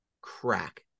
crack